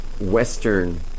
Western